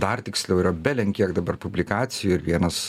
dar tiksliau yra belenkiek dabar publikacijų ir vienas